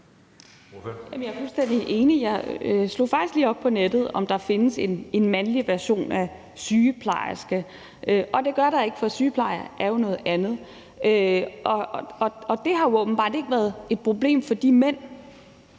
Jeg er fuldstændig enig. Jeg slog faktisk lige op på nettet, om der findes en mandlig version af »sygeplejerske«, og det gør der ikke. For en »sygeplejer« er jo noget andet, og det har åbenbart ikke været et problem for de mænd.